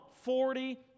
Forty